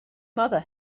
mother